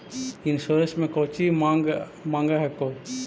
Insurance मे कौची माँग हको?